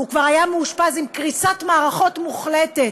והוא כבר היה מאושפז עם קריסת מערכות מוחלטת,